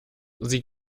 sie